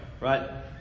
right